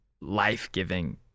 life-giving